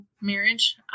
marriage